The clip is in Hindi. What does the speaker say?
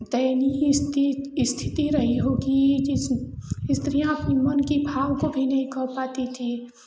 दैनीय स्थिति रही होगी जिस स्त्रियाँ को उनकी को नहीं कह पाती थी